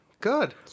good